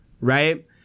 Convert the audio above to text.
right